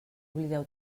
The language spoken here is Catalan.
oblideu